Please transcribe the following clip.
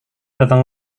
datang